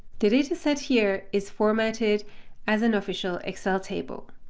the dataset here is formatted as an official excel table.